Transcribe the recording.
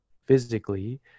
physically